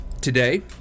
Today